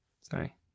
sorry